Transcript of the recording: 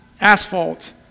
asphalt